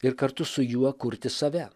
ir kartu su juo kurti save